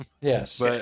Yes